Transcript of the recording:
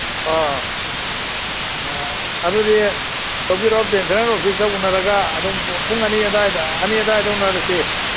ꯑꯣ ꯑꯗꯨꯗꯤ ꯊꯣꯛꯄꯤꯔꯛꯣ ꯄꯦꯟꯁꯅꯔ ꯑꯣꯐꯤꯁꯇ ꯎꯅꯔꯒ ꯑꯗꯨꯝ ꯄꯨꯡ ꯑꯅꯤ ꯑꯗꯨꯋꯥꯏꯗ ꯑꯅꯤ ꯑꯗꯨꯋꯥꯏꯗ ꯎꯅꯔꯁꯤ